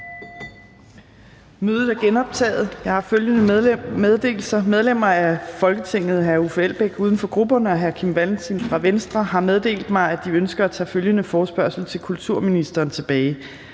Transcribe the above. Mødet er genoptaget. Der er følgende meddelelser: Medlemmer af Folketinget Uffe Elbæk (UFG) og Kim Valentin (V) har meddelt mig, at de ønsker at tage følgende forespørgsel til kulturministeren tilbage: